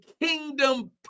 kingdom